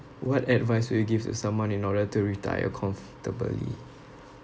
what advice would you give to someone in order to retire comfortably